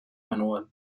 manual